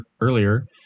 earlier